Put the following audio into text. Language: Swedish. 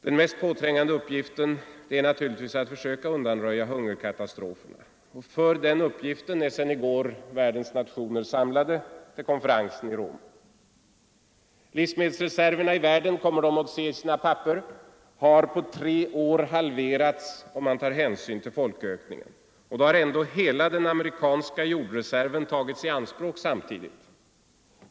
Den mest påträngande uppgiften är naturligtvis att söka undanröja hungerkatastrofer. För den uppgiften är sedan i går världens nationer samlade till världslivsmedelskonferensen i Rom. Livsmedelsreserverna i världen har på tre år halverats om man tar hänsyn till folkökningen. Då har ändå hela den amerikanska jordreserven tagits i anspråk.